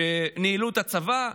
שניהלו את הצבא,